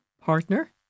partner